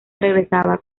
regresaba